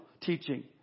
teaching